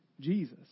Jesus